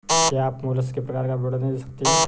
क्या आप मोलस्क के प्रकार का विवरण दे सकते हैं?